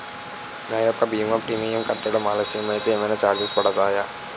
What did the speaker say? నా యెక్క భీమా ప్రీమియం కట్టడం ఆలస్యం అయితే ఏమైనా చార్జెస్ పడతాయా?